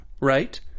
right